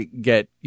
get